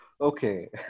okay